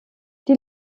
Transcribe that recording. die